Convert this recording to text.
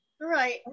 right